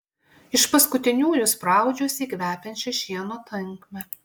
iš paskutiniųjų spraudžiuosi į kvepiančią šieno tankmę